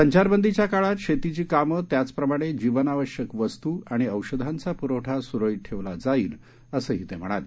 संचारबंदीच्या काळात शेतीची कामे त्याचप्रमाणे जीवनावश्यक वस्तू आणि औषधांचा प्रवठा सुरळित ठेवला जाईल असंही ते म्हणाले